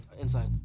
Inside